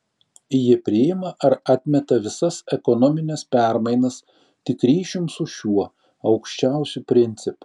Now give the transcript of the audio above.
ji priima ar atmeta visas ekonomines permainas tik ryšium su šiuo aukščiausiu principu